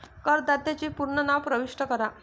करदात्याचे पूर्ण नाव प्रविष्ट करा